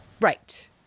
Right